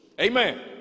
Amen